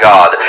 God